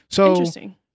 Interesting